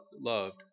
loved